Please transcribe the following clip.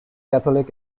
catholic